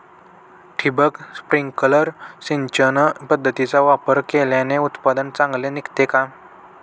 ठिबक, स्प्रिंकल सिंचन पद्धतीचा वापर केल्याने उत्पादन चांगले निघते का?